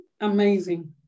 Amazing